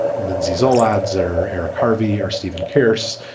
lindsays all adds or eric harvey or stephen pearce.